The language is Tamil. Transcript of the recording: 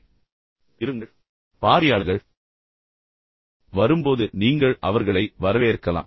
பார்வையாளரை வரவேற்க அங்கு வாருங்கள் எனவே பார்வையாளர்கள் வரும்போது நீங்கள் அவர்களை வரவேற்கலாம்